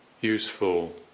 useful